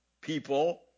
people